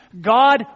God